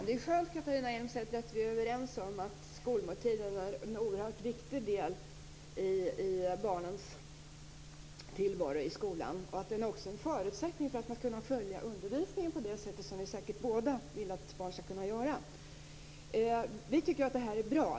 Herr talman! Det är skönt att vi är överens om att skolmåltiden är en oerhört viktig del av barnens tillvaro i skolan, Catharina Elmsäter-Svärd. Den är också en förutsättning för att barnen skall kunna följa undervisningen på det sättet som vi säkert båda vill att de skall göra. Vi i Vänsterpartiet tycker att detta är bra.